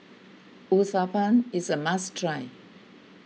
Uthapam is a must try